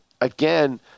again